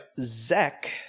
zek